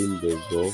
הבולטים באזור